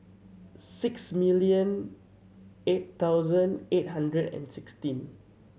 six million eight thousand eight hundred and sixteen